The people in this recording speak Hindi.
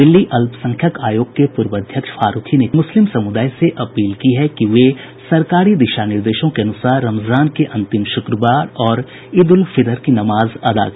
दिल्ली अल्पसंख्यक आयोग के पूर्व अध्यक्ष फारूकी ने मुस्लिम समुदाय से अपील की है कि वे सरकारी दिशा निर्देशों के अनुसार रमजान के अंतिम शुक्रवार और ईद उल फितर की नमाज अदा करें